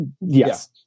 yes